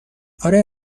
آره